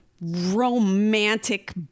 romantic